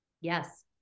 Yes